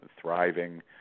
thriving